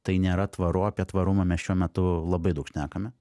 tai nėra tvaru apie tvarumą mes šiuo metu labai daug šnekame